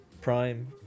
Prime